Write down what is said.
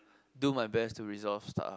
do me best to resolve stuff